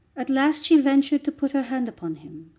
at last she ventured to put her hand upon him.